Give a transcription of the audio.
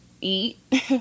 eat